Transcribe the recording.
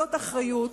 לגלות אחריות,